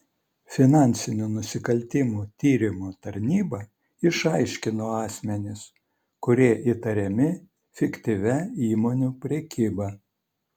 finansinių nusikaltimų tyrimo tarnyba išaiškino asmenis kurie įtariami fiktyvia įmonių prekyba